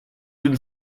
d’une